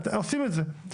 עושים את זה.